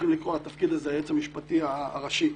לקרוא לתפקיד הזה "היועץ המשפטי הראשי",